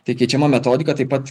tai keičiama metodika taip pat